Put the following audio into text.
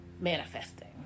manifesting